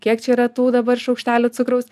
kiek čia yra tų dabar šaukštelių cukraus